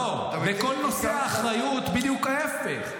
לא, בכל נושא האחריות זה בדיוק ההפך.